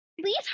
Please